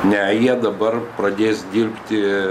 ne jie dabar pradės dirbti